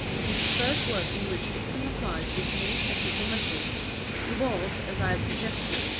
it is the first work in which ibsen applies his new technical method evolved, as i have suggested,